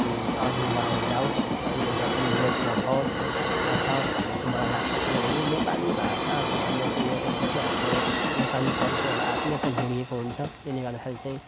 अघि बढेर जाओस् है यसलाई लोप नभओस् नजाओस् भन्ने चाहिँ मलाई लाग्छ किनभने यो नेपाली भाषा भन्ने कुरो चाहिँ यो यसमा चाहिँ हाम्रो नेपालीपनको एउटा आत्मीयता जोडिएको हुन्छ त्यसले गर्दाखेरि चाहिँ